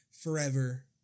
forever